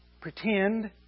Pretend